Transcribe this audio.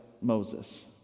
Moses